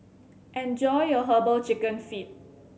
enjoy your Herbal Chicken Feet